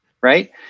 right